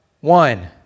one